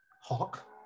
hawk